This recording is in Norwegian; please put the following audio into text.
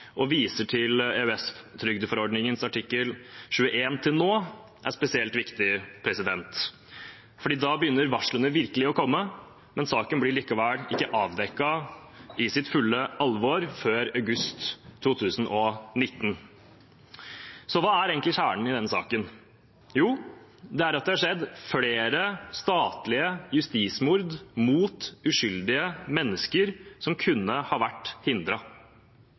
og viser til EUs trygdeforordning artikkel 21, fram til nå er spesielt viktig. Da begynner varslene virkelig å komme, men saken blir likevel ikke avdekket i sitt fulle alvor før august 2019. Så hva er egentlig kjernen i denne saken? Jo, det er at det har skjedd flere statlige justismord mot uskyldige mennesker som kunne ha vært